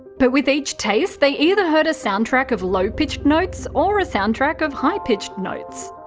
but with each taste, they either heard a soundtrack of low-pitched notes or a soundtrack of high-pitched notes.